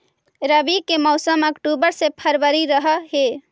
रब्बी के मौसम अक्टूबर से फ़रवरी रह हे